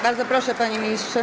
Bardzo proszę, panie ministrze.